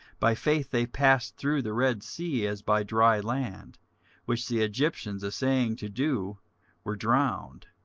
by faith they passed through the red sea as by dry land which the egyptians assaying to do were drowned.